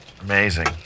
Amazing